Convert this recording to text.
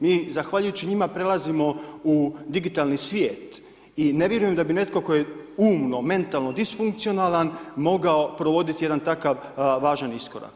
Mi zahvaljujući njima prelazimo u digitalni svijet i ne vjerujem da bi netko tko je umno, mentalno disfunkcionalan mogao provodit jedan takav važan iskorak.